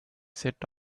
set